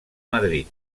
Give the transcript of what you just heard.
madrid